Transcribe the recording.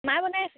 মায়ে বনাই আছে